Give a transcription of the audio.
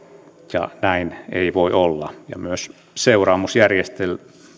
ja näin ei voi olla myös seuraamusjärjestelmiltään